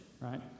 right